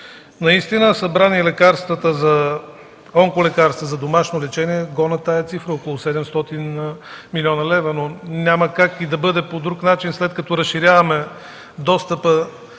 Наистина събрани онколекарствата за домашно лечение гонят тази цифра – около 700 млн. лв., но няма как и да бъде по друг начин. След като разширяваме достъпа